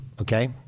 okay